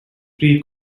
pre